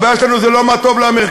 הבעיה שלנו היא לא מה טוב לאמריקנים,